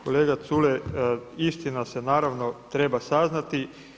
Kolega Culej, istina se naravno treba saznati.